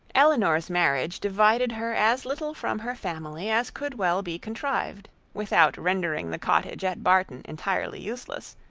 elinor's marriage divided her as little from her family as could well be contrived, without rendering the cottage at barton entirely useless,